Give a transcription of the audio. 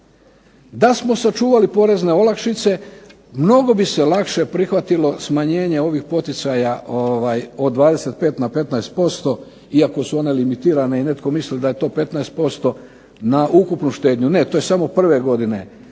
Da smo sačuvali porezne olakšice mnogo bi se lakše prihvatilo smanjenje ovih poticaja od 25 na 15% iako su one limitirane i netko misli da je to 15% na ukupnu štednju. Ne to je samo prve godine